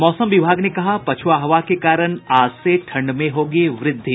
और मौसम विभाग ने कहा पछुआ हवा के कारण ठं डमें होगी व्रद्धि